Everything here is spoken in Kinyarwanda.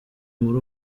muri